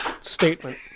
statement